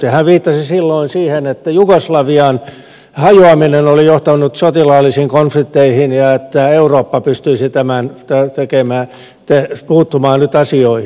hän viittasi silloin siihen että jugoslavian hajoaminen oli johtanut sotilaallisiin konflikteihin ja että eurooppa pystyisi nyt puuttumaan asioihin